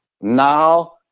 Now